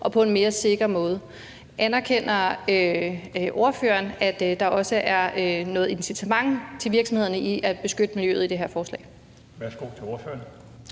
og på en mere sikker måde. Anerkender ordføreren, at der i det her forslag også er noget incitament til virksomhederne til at beskytte miljøet? Kl.